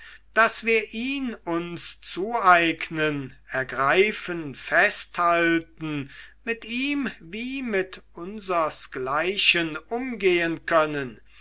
daß wir ihn uns zueignen ergreifen festhalten mit ihm wie mit unsersgleichen umgehen können